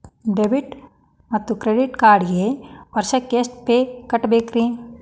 Debit ಮತ್ತು credit ಕಾರ್ಡ್ಗೆ ವರ್ಷಕ್ಕ ಎಷ್ಟ ಫೇ ಕಟ್ಟಬೇಕ್ರಿ?